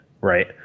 Right